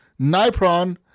Nipron